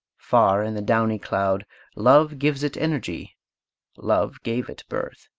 far in the downy cloud love gives it energy love gave it birth.